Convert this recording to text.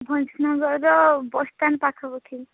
ଭଞ୍ଜନଗରର bus stand ପାଖାପାଖି